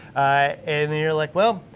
and then you're like well,